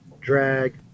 drag